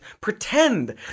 pretend